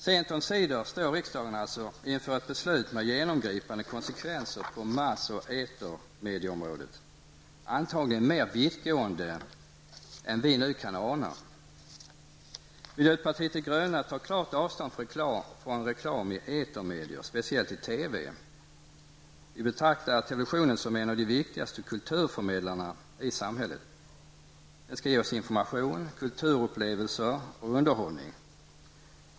Sent omsider står riksdagen inför ett beslut med genomgripande konsekvenser på mass och etermedieområdet, antagligen mer vittgående än vi nu kan ana. Miljöpartiet de gröna tar klart avstånd från reklam i etermedier, speciellt i TV. Vi betraktar televisionen som en av de viktigaste kulturförmedlarna i samhället. Den skall ge oss information, kulturupplevelser och underhållning.